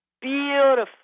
beautiful